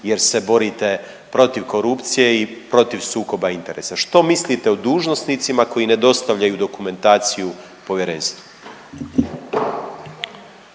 jer se borite protiv korupcije i protiv sukoba interesa. Što mislite o dužnosnicima koji ne dostavljaju dokumentaciju povjerenstvu?